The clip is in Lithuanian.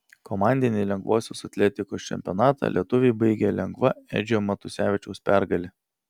komandinį lengvosios atletikos čempionatą lietuviai baigė lengva edžio matusevičiaus pergale